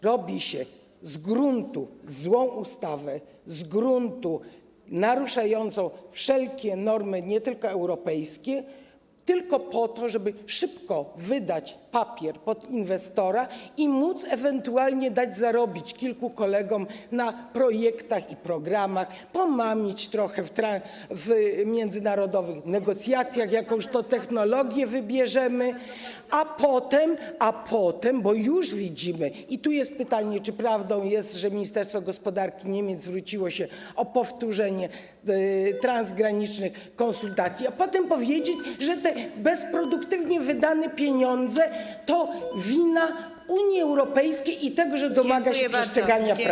Robi się z gruntu złą ustawę, z gruntu naruszającą wszelkie normy nie tylko europejskie, tylko po to, żeby szybko wydać papier pod inwestora i móc ewentualnie dać zarobić kilku kolegom na projektach i programach, pomamić trochę w międzynarodowych negocjacjach, jakąż to technologię wybierzemy, a potem powiedzieć - i tu jest pytanie, czy prawdą jest, że ministerstwo gospodarki Niemiec zwróciło się o powtórzenie transgranicznych konsultacji - że te bezproduktywnie wydane pieniądze to wina Unii Europejskiej i tego, że domaga się przestrzegania prawa.